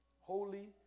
holy